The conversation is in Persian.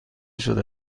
شده